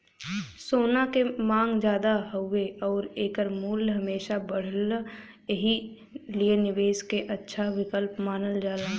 सोना क मांग जादा हउवे आउर एकर मूल्य हमेशा बढ़ला एही लिए निवेश क अच्छा विकल्प मानल जाला